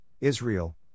Israel